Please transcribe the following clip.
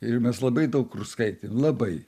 ir mes labai daug kur skaitėm labai